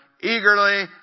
eagerly